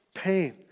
Pain